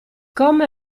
come